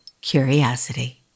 curiosity